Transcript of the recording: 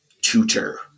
tutor